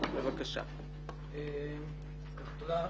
תודה רבה.